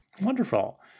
Wonderful